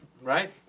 right